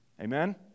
amen